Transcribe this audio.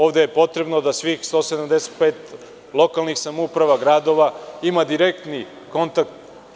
Ovde je potrebno da svih 175 lokalnih samouprava, gradova, ima direktni kontakt.